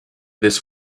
this